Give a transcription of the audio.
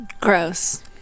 Gross